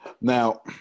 Now